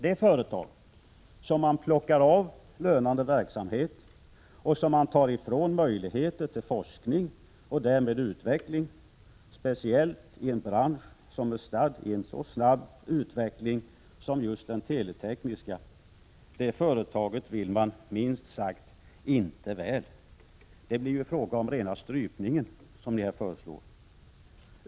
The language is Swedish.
Det företag som man plockar av lönande verksamhet och som man tar ifrån möjligheter till forskning och därmed utveckling — speciellt i en bransch som är stadd i en så snabb utveckling som just den teletekniska — vill man minst sagt inte väl. Det ni föreslår blir ju fråga om rena strypningen.